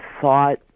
thought